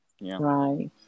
Right